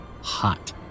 hot